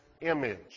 image